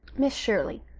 miss shirley,